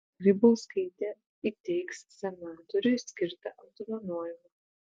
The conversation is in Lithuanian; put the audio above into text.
grybauskaitė įteiks senatoriui skirtą apdovanojimą